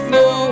no